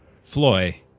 Floy